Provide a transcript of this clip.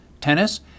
tennis